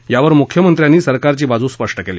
यावर मुख्यमंत्र्यांनी सरकारची बाजू स्पष्ट केली